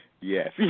yes